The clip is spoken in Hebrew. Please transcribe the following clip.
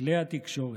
כלי התקשורת.